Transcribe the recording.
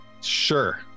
Sure